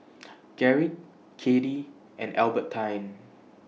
Garrick Kattie and Albertine